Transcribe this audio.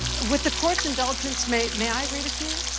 with the court's indulgence, m-may i read a few?